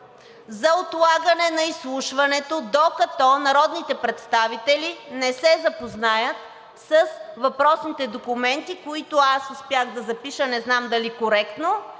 за отлагане на изслушването, докато народните представители не се запознаят с въпросните документи, които аз успях да запиша, не знам дали коректно,